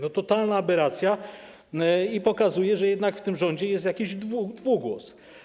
To totalna aberracja i to pokazuje, że jednak w tym rządzie jest jakiś dwugłos.